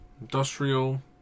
industrial